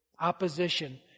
opposition